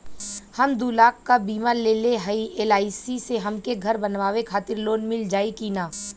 हम दूलाख क बीमा लेले हई एल.आई.सी से हमके घर बनवावे खातिर लोन मिल जाई कि ना?